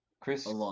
Chris